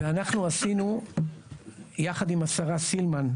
אנחנו עשינו יחד עם השרה סילמן,